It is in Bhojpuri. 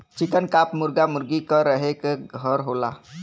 चिकन कॉप मुरगा मुरगी क रहे क घर होला